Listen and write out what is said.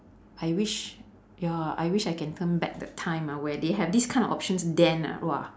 I wish ya I wish I can turn back the time ah when they have these time of options then ah !wah!